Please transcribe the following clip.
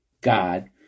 God